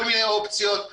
הוא